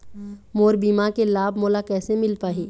मोर बीमा के लाभ मोला कैसे मिल पाही?